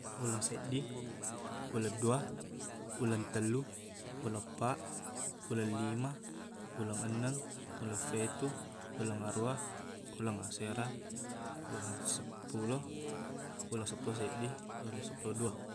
Ulesseddi uleddua uleng tellu uleng eppaq ulellima uleng enneng uleffetu uleng aruwa uleng asera uleng seppulo uleng seppulo seddi uleng seppulo dua